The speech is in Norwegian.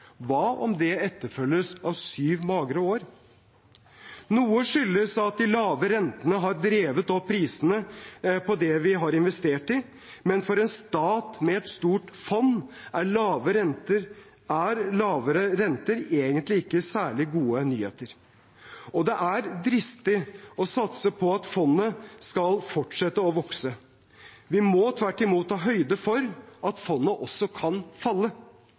Hva om det etterfølges av syv magre år? Noe skyldes at de lave rentene har drevet opp prisene på det vi har investert i, men for en stat med et stort fond er lavere renter egentlig ikke særlig gode nyheter. Og det er dristig å satse på at fondet skal fortsette å vokse. Vi må tvert imot ta høyde for at fondet også kan falle.